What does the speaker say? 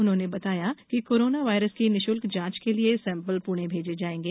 उन्होंने बताया कि कोरोना वायरस की निःशुल्क जाँच के लिये सैम्पल पुणे भेजे जायेंगे